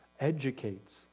educates